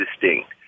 distinct